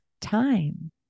time